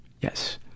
Yes